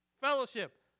fellowship